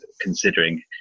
considering